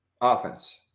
Offense